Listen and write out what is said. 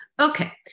Okay